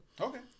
Okay